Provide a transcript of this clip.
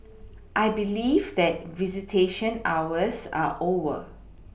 I believe that visitation hours are over